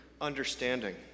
understanding